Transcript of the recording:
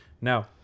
Now